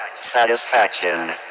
Satisfaction